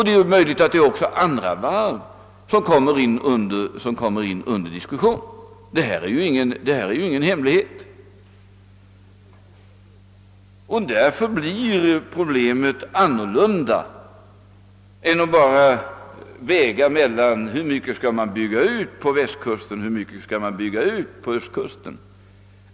Det är möjligt att också andra varv kommer under diskussion. Detta är ingen hemlighet. Därför blir problemet ett annat än att bara överväga hur mycket man skall bygga ut på västkusten eller på östkusten.